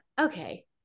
okay